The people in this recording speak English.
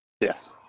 Yes